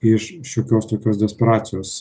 iš šiokios tokios desperacijos